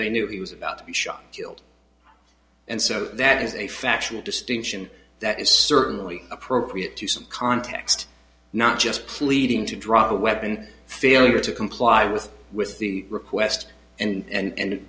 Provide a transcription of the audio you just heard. they knew he was about to be shot killed and so that is a factual distinction that is certainly appropriate to some context not just pleading to drive a weapon failure to comply with with the request and